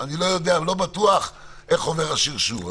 אני לא יודע, לא בטוח איך עובר השרשור.